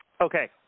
Okay